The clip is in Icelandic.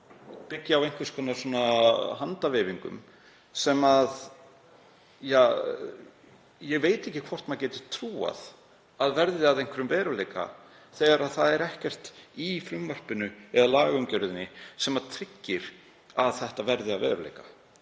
byggja á einhvers konar handaveifingum sem ég veit ekki hvort maður getur trúað að verði að veruleika þegar ekkert í frumvarpinu eða í lagaumgjörðinni tryggir að það verði að veruleika.